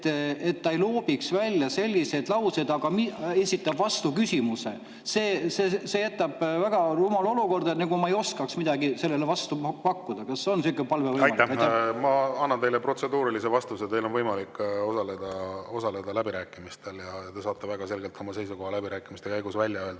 et ta ei loobiks välja selliseid lauseid, et ta esitab vastu küsimuse. See jätab väga rumala [mulje], nagu ma ei oskaks midagi sellele vastu pakkuda. Kas on sihuke palve võimalik? Aitäh! Ma annan teile protseduurilise vastuse. Teil on võimalik osaleda läbirääkimistel ja te saate väga selgelt oma seisukoha läbirääkimiste käigus välja öelda.